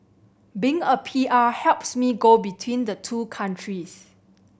being a P R helps me go between the two countries